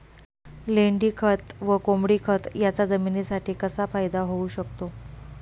लेंडीखत व कोंबडीखत याचा जमिनीसाठी कसा फायदा होऊ शकतो?